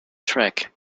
track